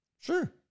Sure